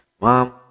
Mom